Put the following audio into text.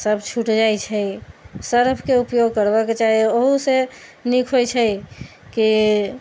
सब छूटि जाइ छै सरफके उपयोग करबके चाही ओहुसँ नीक होइ छै की